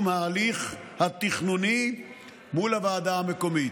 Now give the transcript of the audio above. ההליך התכנוני מול הוועדה המקומית.